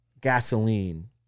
gasoline